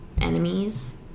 enemies